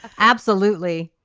absolutely.